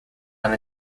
and